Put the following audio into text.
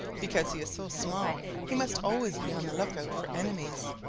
because he is so small he must always be on the lookout for enemies.